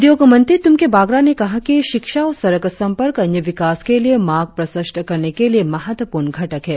उद्योग मंत्री तूमके बागरा ने कहा कि शिक्षा और सड़क संपर्क अन्य विकास के लिए मार्ग प्रशस्त करने के लिए महत्वपूर्ण घटक हैं